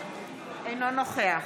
אינו נוכח